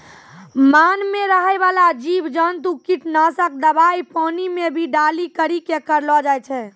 मान मे रहै बाला जिव जन्तु किट नाशक दवाई पानी मे भी डाली करी के करलो जाय छै